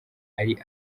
ari